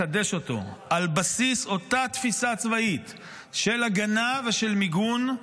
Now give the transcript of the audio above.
על בסיס אותה תפיסה צבאית של הגנה ושל מיגון,